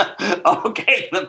Okay